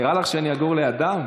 נראה לך שאני אגור לידם?